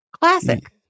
classic